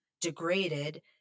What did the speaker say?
degraded